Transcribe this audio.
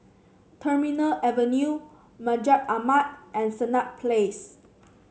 Terminal Avenue Masjid Ahmad and Senett Place